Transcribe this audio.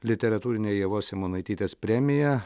literatūrinė ievos simonaitytės premija